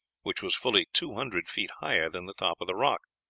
which was fully two hundred feet higher than the top of the rock.